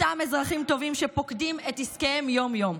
אותם אזרחים טובים שפוקדים את עסקיהם יום-יום,